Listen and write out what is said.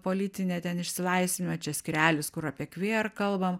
politinę ten išsilaisvinimą čia skyrelis kur apie kvier kalbam